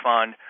Fund